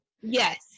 Yes